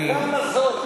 באותה אמירה.